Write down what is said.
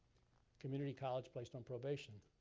community college placed on probation.